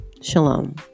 Shalom